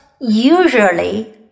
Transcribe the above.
usually